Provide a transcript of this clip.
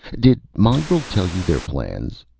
did mongrel tell you their plans?